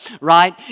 right